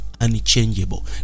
unchangeable